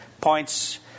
points